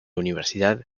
universidad